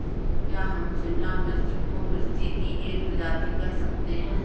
क्या हम शिमला मिर्च को मिर्ची की एक प्रजाति कह सकते हैं?